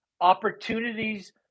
Opportunities